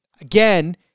again